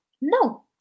No